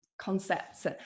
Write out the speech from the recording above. concepts